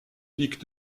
pics